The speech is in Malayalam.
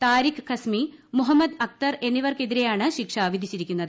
താരിഖ് കസ്മി മുഹമ്മദ്ധ് അക്തർ എന്നിവർക്കെതിരെയാണ് ശിക്ഷ വിധിച്ചിരിക്കുന്നത്